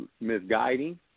misguiding